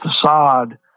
facade